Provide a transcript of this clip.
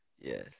yes